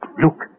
look